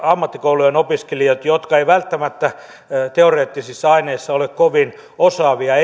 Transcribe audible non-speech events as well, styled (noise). ammattikoulujen opiskelijoista jotka eivät välttämättä teoreettisissa aineissa ole kovin osaavia (unintelligible)